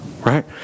right